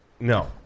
No